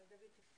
אני אגיד קודם